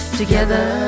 together